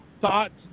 thoughts